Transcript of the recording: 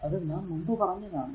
അത് നാം മുമ്പ് പറഞ്ഞതാണ്